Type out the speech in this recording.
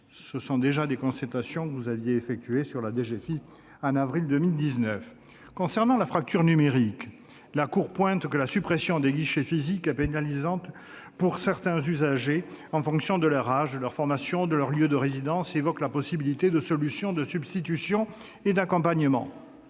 le même constat a été fait concernant la DGFiP en avril 2019. Quant à la fracture numérique, la Cour relève que la suppression des guichets physiques est pénalisante pour certains usagers en fonction de leur âge, de leur formation et de leur lieu de résidence, et évoque la possibilité de solutions de substitution et d'accompagnement.